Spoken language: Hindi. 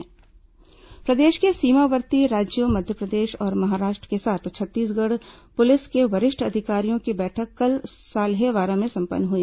माओवादी संयुक्त बैठक प्रदेश के सीमावर्ती राज्यों मध्यप्रदेश और महाराष्ट्र के साथ छत्तीसगढ़ पुलिस के वरिष्ठ अधिकारियों की बैठक कल साल्हेवारा में संपन्न हुई